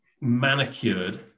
manicured